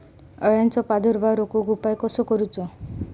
अळ्यांचो प्रादुर्भाव रोखुक उपाय कसो करूचो?